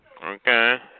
Okay